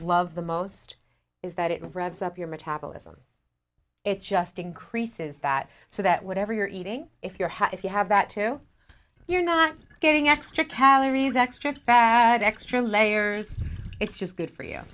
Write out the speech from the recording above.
love the most is that it revs up your metabolism it just increases that so that whatever you're eating if you're had if you have that too you're not getting extra calories extra fat extra layers it's just good for you